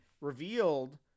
revealed